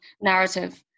narrative